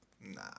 nah